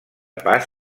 pas